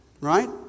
Right